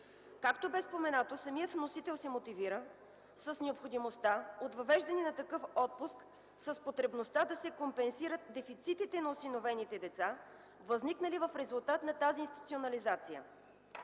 Както беше споменато, самият вносител се мотивира с необходимостта от въвеждане на такъв отпуск с потребността да се компенсират дефицитите на осиновените деца, възникнали в резултат на тази институционализация.